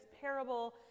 parable